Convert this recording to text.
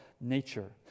nature